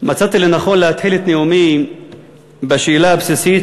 מצאתי לנכון להתחיל את נאומי בשאלה הבסיסית,